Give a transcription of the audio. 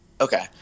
Okay